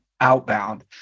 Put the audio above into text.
outbound